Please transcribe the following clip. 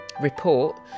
report